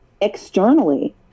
externally